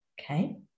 Okay